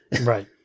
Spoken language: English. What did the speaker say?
Right